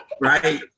Right